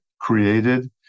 created